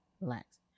Relax